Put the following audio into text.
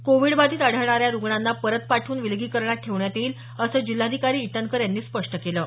Covid बाधित आढळणाऱ्या रुग्णांना परत पाठवून विलगीकरणात ठेवण्यात येईल असं जिल्हाधिकारी ईटनकर यांनी स्पष्ट केलं आहे